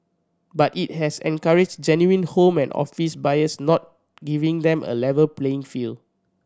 but it has encouraged genuine home and office buyers now giving them a level playing field